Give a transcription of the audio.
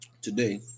today